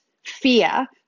fear